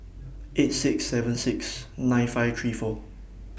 eight six seven six nine five three four